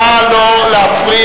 נא לא להפריע.